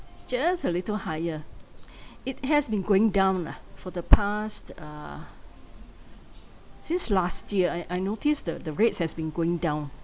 just a little higher it has been going down lah for the past uh since last year I I notice the the rates has been going down